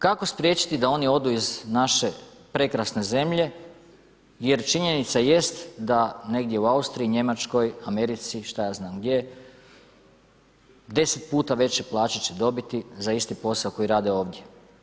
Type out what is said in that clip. Kako spriječiti da oni odu iz naše prekrasne zemlje jer činjenica jest da negdje u Austriji, Njemačkoj, Americi, šta ja znam gdje 10 puta veće plaće će dobiti za isti posao koji rade ovdje.